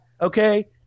Okay